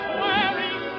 Swearing